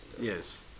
yes